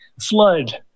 flood